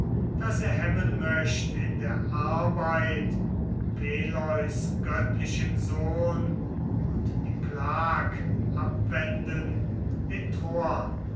wie er hemmen möcht in der arbeit peleus göttlichen sohn und die plag abwenden den troern